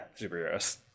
superheroes